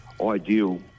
ideal